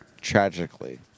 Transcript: tragically